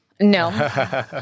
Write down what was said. No